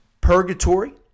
purgatory